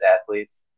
athletes